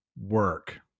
work